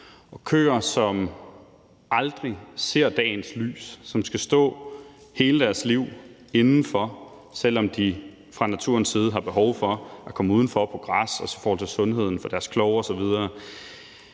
køer, at de aldrig ser dagens lys og skal stå inde hele deres liv, selv om de fra naturens side har behov for at komme ud på græs – det er i forhold til deres sundhed, deres klove osv.